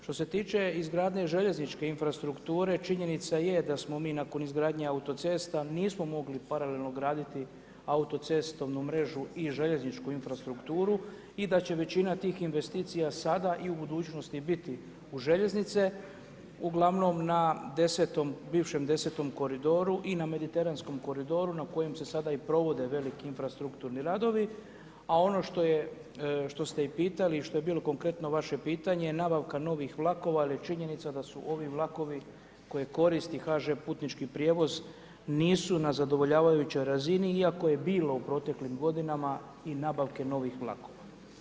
Što se tiče izgradnje željezničke infrastrukture, činjenica je da smo mi nakon izgradnje auto cesta, nismo mogli paralelno graditi auto cestovnu mrežu i željezničku infrastrukturu i da će većina tih investicija sada i u budućnosti biti u željeznice, uglavnom na 10-om, bivšem 10-om Koridoru i na Mediteranskom koridoru, na kojem se sada i provode veliki infrastrukturni radovi, a ono što je, što ste i pitali, što je bilo konkretno vaše pitanje, nabavka novih vlakova jer je činjenica da su ovi vlakovi koje koristi HŽ putnički prijevoz, nisu na zadovoljavajućoj razini, iako je bilo u proteklim godinama, i nabavke novih vlakova.